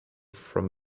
from